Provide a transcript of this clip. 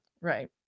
Right